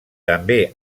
també